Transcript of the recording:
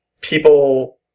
people